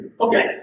Okay